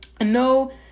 No